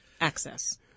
access